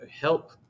help